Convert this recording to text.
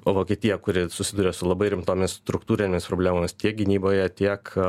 vokietija kuri susiduria su labai rimtomis struktūrinėmis problemomis tiek gynyboje tiek